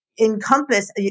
encompass